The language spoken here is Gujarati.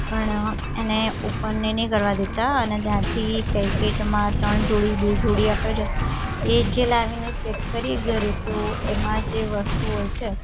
પણ એને ઓપન નહીં કરવા દેતાં અને ત્યાંથી પૅકેટમાંથી ત્રણ જોડી બે જોડી આપણને એ જે લાવીને ચેક કરીએ ઘરે તો એમાં જે વસ્તુ હોય છે